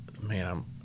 man